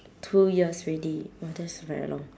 two years already !wah! that's very long